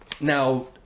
Now